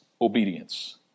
obedience